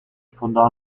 fondò